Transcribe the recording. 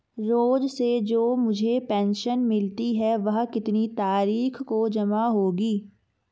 रोज़ से जो मुझे पेंशन मिलती है वह कितनी तारीख को जमा होगी?